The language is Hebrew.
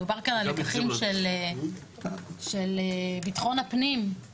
מדובר כאן על לקחים של ביטחון הפנים,